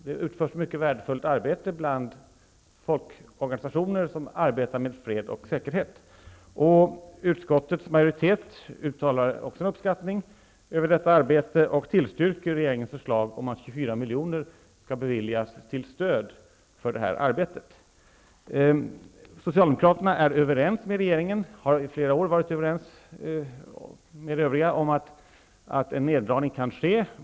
Det utförs mycket värdefullt arbete bland folkorganisationer som sysslar med fred och säkerhet, och utskottets majoritet uttalar även uppskattning av detta arbete och avstyrker regeringens förslag att 24 miljoner skall beviljas till stöd för arbetet. Socialdemokraterna har i flera år varit överens med övriga partier om att en neddragning kan ske.